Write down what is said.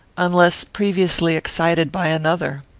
unless previously excited by another.